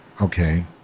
Okay